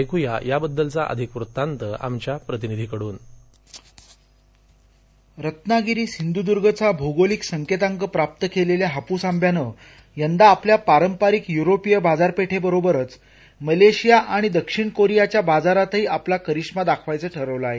ऐकू या त्याबद्दलचा अधिक वृत्तांत आमच्या प्रतिनिधीकडून रत्नागिरी सिंधूद्र्गचा भौगोलिक संकेतांक प्राप्त केलेल्या हापूस आंब्यानं यंदा आपल्या पारंपरिक यूरोपीय बाजारपेठेबरोबरच मलेशिया आणि दक्षिण कोरियाच्या बाजारातही आपला करिष्मा दाखवायचं ठरवलं आहे